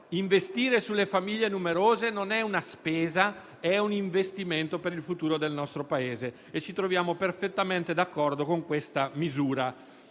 Investire sulle famiglie numerose non è una spesa, ma un investimento per il futuro del nostro Paese. Ci troviamo perfettamente d'accordo con questa misura.